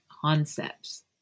concepts